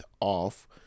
off